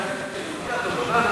מילה טובה.